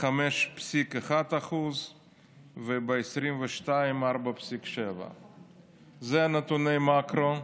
5.1%; ב-2022, 4.7%. אלה נתוני המקרו.